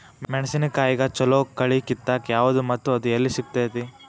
ಮೆಣಸಿನಕಾಯಿಗ ಛಲೋ ಕಳಿ ಕಿತ್ತಾಕ್ ಯಾವ್ದು ಮತ್ತ ಅದ ಎಲ್ಲಿ ಸಿಗ್ತೆತಿ?